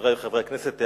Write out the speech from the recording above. חברי חברי הכנסת,